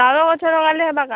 ଶାଳ ଗଛ ଲଗାଲେ ହେବା କାଏଁ